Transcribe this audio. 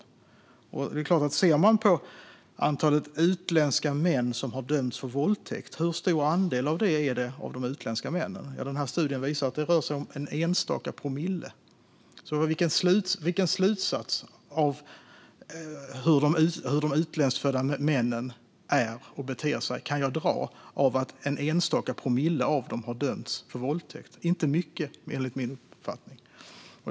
Vi kan se på hur stor andel av antalet utländska män som har dömts för våldtäkt. Studien visar att det rör sig om enstaka promille. Vilken slutsats kan jag dra av hur de utlandsfödda männen är och beter sig på grund av att en enstaka promille av dem har dömts för våldtäkt? Inte mycket, enligt min uppfattning.